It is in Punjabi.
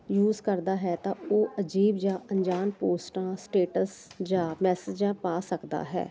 ਯੂਜ ਕਰਦਾ ਹੈ ਤਾਂ ਉਹ ਅਜੀਬ ਜਾਂ ਅਨਜਾਨ ਪੋਸਟਾਂ ਸਟੇਟਸ ਜਾਂ ਮੈਸਜਾ ਆ ਪਾ ਸਕਦਾ ਹੈ